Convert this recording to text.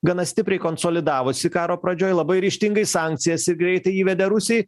gana stipriai konsolidavosi karo pradžioj labai ryžtingai sankcijas greitai įvedė rusijai